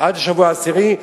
עד השבוע העשירי.